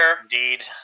Indeed